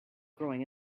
growing